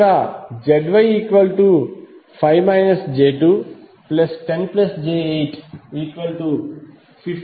ఇక్కడ ZY5 j210j815j616